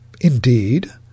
indeed